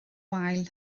wael